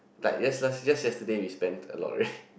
like just last just yesterday we spent a lot already